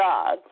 God